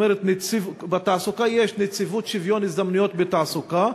בתעסוקה יש נציבות שוויון הזדמנויות בתעסוקה,